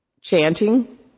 chanting